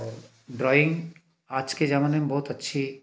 और ड्राइंग आज के ज़माने में बहुत अच्छी